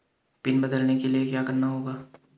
Pin बदलने के लिए क्या करना होगा?